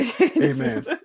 amen